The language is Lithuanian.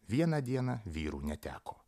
vieną dieną vyrų neteko